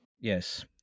Yes